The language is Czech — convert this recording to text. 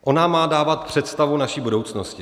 On nám má dávat představu naší budoucnosti.